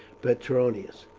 petronius,